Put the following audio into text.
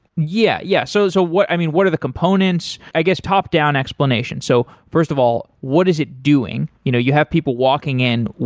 yeah. yeah so so i mean, what are the components? i guess top-down explanation. so first of all, what is it doing? you know you have people walking in.